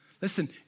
Listen